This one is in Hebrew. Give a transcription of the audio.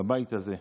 בבית הזה.